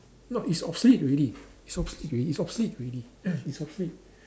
no it's obsolete already it's obsolete already it's obsolete already it's obsolete